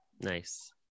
Nice